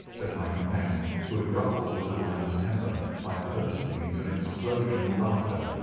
said my companion, who had ruffled the little man's temper by bursting into an explosion of laughter.